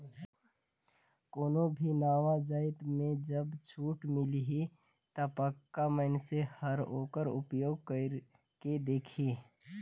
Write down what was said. कोनो भी नावा जाएत में जब छूट मिलही ता पक्का मइनसे हर ओकर उपयोग कइर के देखही